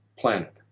Planet